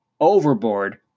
overboard